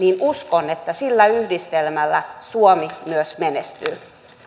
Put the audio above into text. uskon että sillä yhdistelmällä suomi myös menestyy